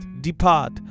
depart